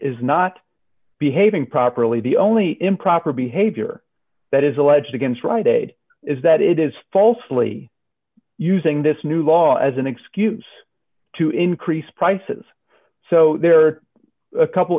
is not behaving properly the only improper behavior that is alleged against friday is that it is falsely using this new law as an excuse to increase prices so there are a couple